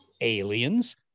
aliens